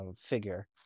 figure